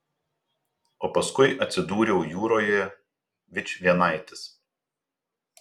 o paskui atsidūriau jūroje vičvienaitis